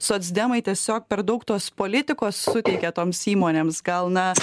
socdemai tiesiog per daug tos politikos suteikia toms įmonėms gal na